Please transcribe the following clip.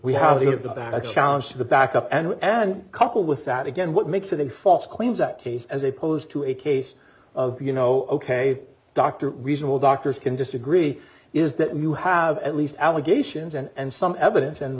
lot of the back challenge to the backup and and couple with that again what makes it a false claims that case as a pose to a case of you know ok doctor reasonable doctors can disagree is that you have at least allegations and some evidence and